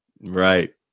Right